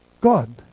God